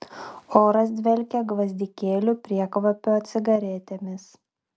oras dvelkė gvazdikėlių priekvapio cigaretėmis